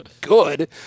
good